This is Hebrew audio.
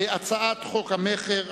הצעת חוק המכר,